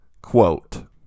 quote